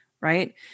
right